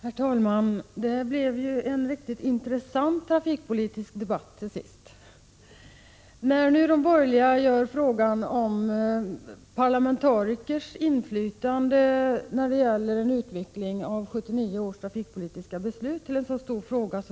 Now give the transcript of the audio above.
Herr talman! Det blev ju en riktigt intressant trafikpolitisk debatt till sist. Jag tycker det är mycket märkligt att de borgerliga nu gör parlamentarikers inflytande när det gäller en utveckling av 1979 års trafikpolitiska beslut till en stor fråga.